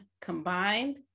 combined